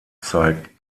zeigt